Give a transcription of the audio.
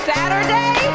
Saturday